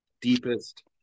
deepest